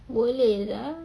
boleh lah